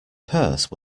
purse